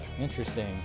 interesting